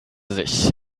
sich